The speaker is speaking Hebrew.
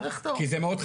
כי זה מאוד חשוב,